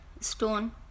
stone